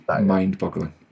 mind-boggling